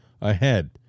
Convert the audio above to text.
ahead